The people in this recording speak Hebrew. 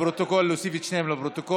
לפרוטוקול, להוסיף את שניהם לפרוטוקול.